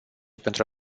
pentru